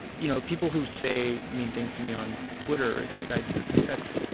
you know, people who say mean things to me on twitter, it's like i that's